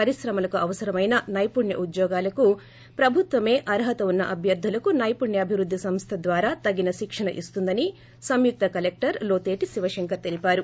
పరిశ్రమలకు అవసరమైన నైపుణ్య ఉద్యోగాలకు ప్రభుత్వమే అర్హత ఉన్న అభ్వర్గులకు నైపుణ్యాభివృద్ది సంస్థ ద్వారా తగిన శిక్షణ ఇస్తుందని సంయుక్త కలెక్లర్ లో తేటి శివ శంకర్ తెలిపారు